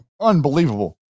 Unbelievable